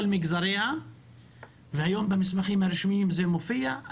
מגזריה והיום במסמכים הרשמיים זה מופיע.